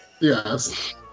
Yes